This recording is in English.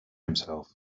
himself